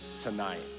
tonight